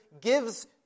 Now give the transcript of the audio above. gives